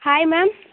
hi ma'am